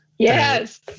Yes